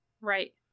right